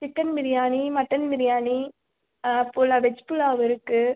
chicken biryani mutton biryani pulao veg pulao இருக்கு